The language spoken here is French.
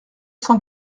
cent